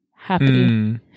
happy